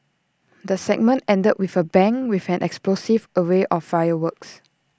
the segment ended with A bang with an explosive array of fireworks